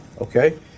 okay